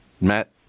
Matt